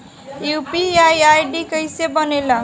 UPI ID कैसे बनेला?